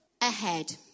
Ahead